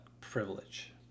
privilege